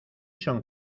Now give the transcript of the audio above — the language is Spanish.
son